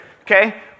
Okay